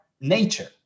nature